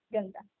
Ganda